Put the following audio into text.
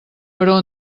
però